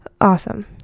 awesome